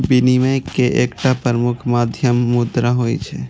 विनिमय के एकटा प्रमुख माध्यम मुद्रा होइ छै